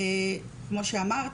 כמו שאמרת,